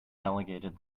delegated